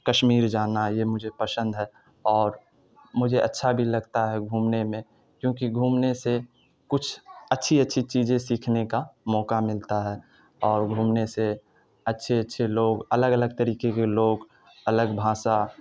کشمیر جانا یہ مجھے پسند ہے اور مجھے اچھا بھی لگتا ہے گھومنے میں کیونکہ گھومنے سے کچھ اچھی اچھی چیزیں سیکھنے کا موقع ملتا ہے اور گھومنے سے اچھے اچھے لوگ الگ الگ طریقے کے لوگ الگ بھاشا